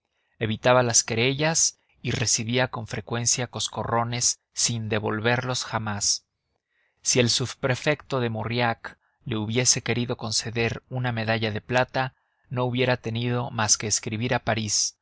evitaba las querellas y recibía con frecuencia coscorrones sin devolverlos jamás si el subprefecto de mauriac hubiese querido conceder una medalla de plata no hubiera tenido más que escribir a parís